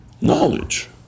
knowledge